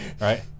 Right